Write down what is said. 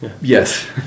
yes